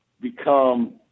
become